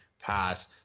pass